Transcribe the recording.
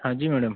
हाँ जी मैडम